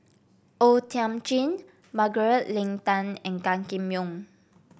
O Thiam Chin Margaret Leng Tan and Gan Kim Yong